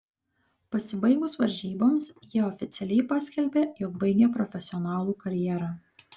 pasibaigus varžyboms jie oficialiai paskelbė jog baigia profesionalų karjerą